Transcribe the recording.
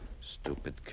Stupid